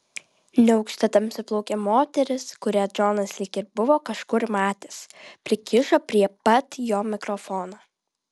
neaukšta tamsiaplaukė moteris kurią džonas lyg ir buvo kažkur matęs prikišo prie pat jo mikrofoną